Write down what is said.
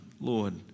Lord